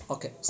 Okay